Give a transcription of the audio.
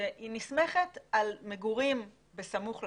שנסמכת על מגורים בסמוך לים,